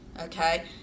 okay